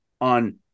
on